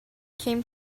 came